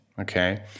Okay